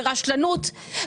ברשלנות,